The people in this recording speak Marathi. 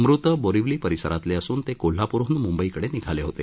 मृत बोरीवली परिसरातले असून ते कोल्हाप्रकडून म्ंबईकडे निघाले होते